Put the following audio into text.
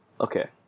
Okay